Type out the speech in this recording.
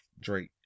Drake